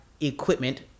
equipment